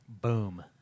Boom